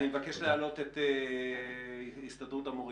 אני מבקש להעלות את הסתדרות המורים.